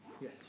Yes